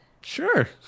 Sure